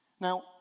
Now